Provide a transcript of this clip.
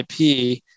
IP